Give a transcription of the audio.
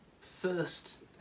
first